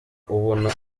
ubona